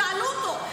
שאלו אותו.